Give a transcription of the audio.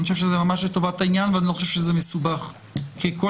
אני חושב שזה ממש לטובת העניין ואני לא חושב שזה מסובך כי כל